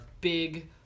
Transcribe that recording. big